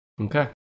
Okay